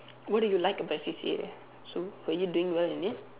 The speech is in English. what do you like about your C_C_A so were you doing well in it